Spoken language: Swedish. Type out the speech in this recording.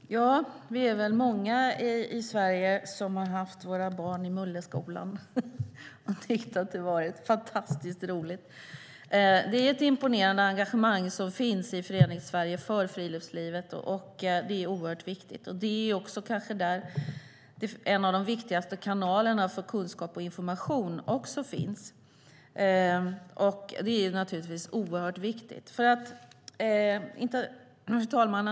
Fru talman! Vi är väl många i Sverige som har haft våra barn i Mulleskolan och tyckt att det varit fantastiskt roligt. Det är ett imponerande engagemang som finns i Föreningssverige för friluftslivet. Det är också kanske där en av de viktigaste kanalerna för kunskap och information finns, och det är naturligtvis oerhört viktigt. Fru talman!